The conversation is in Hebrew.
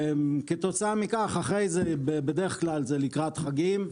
כתוצאה מכך, בדרך כלל זה לקראת חגים,